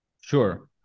Sure